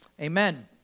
Amen